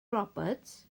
roberts